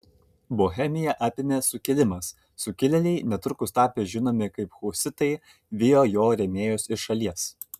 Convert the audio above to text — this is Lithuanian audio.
bohemiją apėmė sukilimas sukilėliai netrukus tapę žinomi kaip husitai vijo jo rėmėjus iš šalies